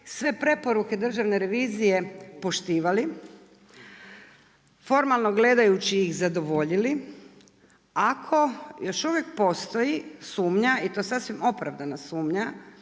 sve preporuke Državne revizije poštivali, formalno gledajući ih zadovoljili ako još uvijek postoji sumnja i to sasvim opravdana sumnja